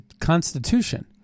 constitution